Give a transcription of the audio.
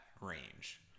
range